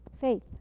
Faith